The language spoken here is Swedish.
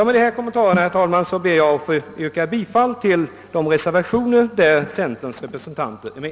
Med dessa kommentarer, herr talman, ber jag att få yrka bifall till de reservationer där centerns representanter är med.